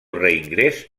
reingrés